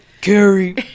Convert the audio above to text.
carrie